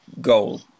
goal